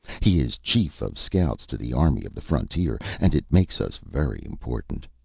he is chief of scouts to the army of the frontier, and it makes us very important.